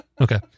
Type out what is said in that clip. Okay